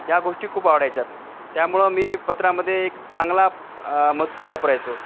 या गोष्टी खूप आवडायच्या त्यामुळं मी पत्रामध्ये एक चांगला मजकूर वापरायचो